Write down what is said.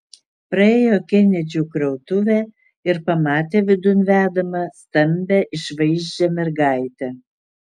praėjo kenedžių krautuvę ir pamatė vidun vedamą stambią išvaizdžią mergaitę